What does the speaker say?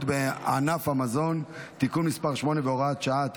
בענף המזון (תיקון מס' 8 והוראת שעה),